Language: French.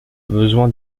besoin